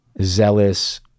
zealous